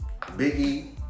Biggie